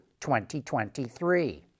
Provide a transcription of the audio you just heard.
2023